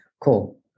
Cool